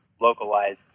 localized